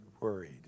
worried